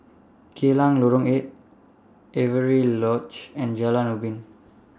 Geylang Lorong eight Avery Lodge and Jalan Ubin